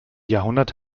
jahrhundert